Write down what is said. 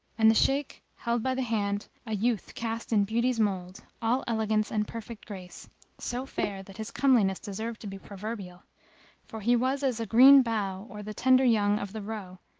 and the shaykh held by the hand a youth cast in beauty's mould, all elegance and perfect grace so fair that his comeliness deserved to be proverbial for he was as a green bough or the tender young of the roe,